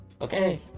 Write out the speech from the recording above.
okay